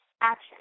action